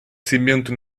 cimento